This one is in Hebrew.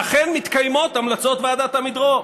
ואכן מתקיימות המלצות ועדת עמידרור.